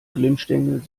glimmstängel